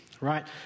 right